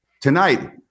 Tonight